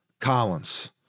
Collins